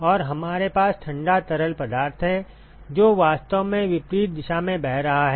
और हमारे पास ठंडा तरल पदार्थ है जो वास्तव में विपरीत दिशा में बह रहा है